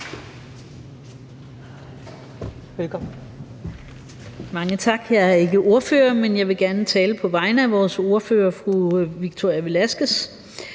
ikke ordfører på området, men jeg vil gerne tale på vegne af vores ordfører, fru Victoria Velasquez.